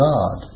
God